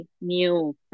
new